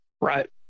right